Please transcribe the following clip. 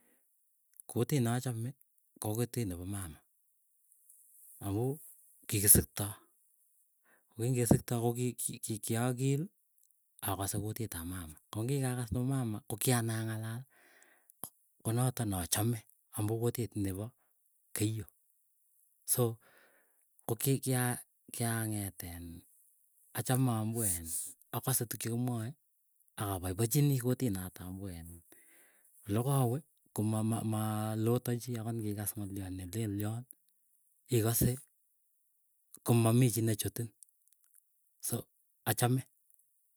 Kutit nechame ko kutit nepa mama. Amuu kigisiktoo kokingesiktoo kogingesikto koki ki kiaagil akase kurtit ap mama. Kokingyagas nepo mama kokianai ang'alal. Konoto nachame amuu kutit nepo keiyo. So kokia kiang'etin achame amu en akose tuk chekimwae akapaipachinii kutii noto amuu en lokowe komama maa lotan chii akot ngikas ng'alio nelen lion ikose komamii chii nechotin. So achame.